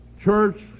church